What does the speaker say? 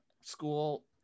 school